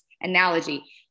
analogy